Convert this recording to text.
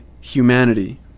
humanity